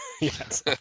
Yes